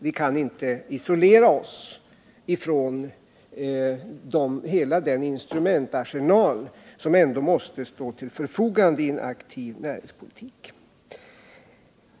Vi kan inte isolera oss från hela den instrumentarsenal som ändå måste stå till förfogande i en aktiv näringspolitik.